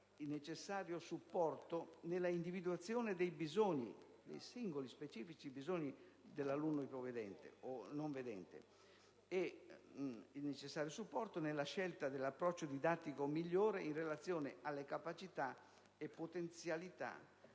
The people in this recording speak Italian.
il necessario supporto nell'individuazione dei singoli specifici bisogni dell'alunno ipovedente o non vedente e nella scelta dell'approccio didattico migliore in relazione alle capacità e potenzialità